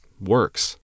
works